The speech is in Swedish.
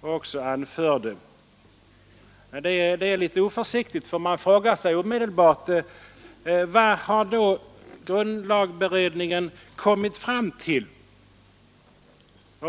också anförde. Det är litet oförsiktigt, för man frågar sig omedelbart: Vad har då grundlagberedningen kommit fram till?